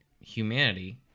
humanity